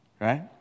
Right